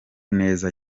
neza